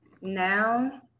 now